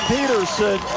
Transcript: Peterson